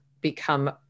become